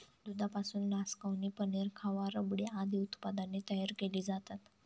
दुधापासून नासकवणी, पनीर, खवा, रबडी आदी उत्पादने तयार केली जातात